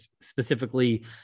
specifically